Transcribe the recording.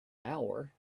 hour